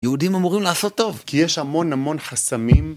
יהודים אמורים לעשות טוב כי יש המון המון חסמים